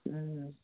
ம்